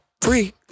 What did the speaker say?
free